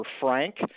Frank